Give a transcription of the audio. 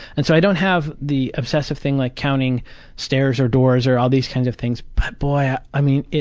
and so i don't have the obsessive thing like counting stairs or doors or all these kinds of things but boy, i mean,